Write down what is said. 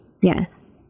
Yes